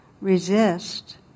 Resist